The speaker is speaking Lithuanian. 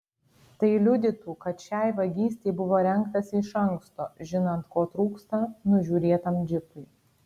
tai liudytų kad šiai vagystei buvo rengtasi iš anksto žinant ko trūksta nužiūrėtam džipui